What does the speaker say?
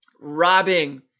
robbing